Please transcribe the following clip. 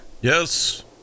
Yes